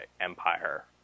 empire